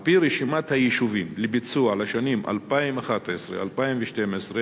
1. על-פי רשימת היישובים לביצוע לשנים 2011 2012,